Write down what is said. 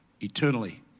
eternally